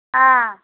ஆ